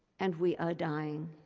and we are dying.